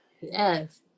Yes